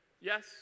Yes